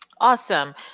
Awesome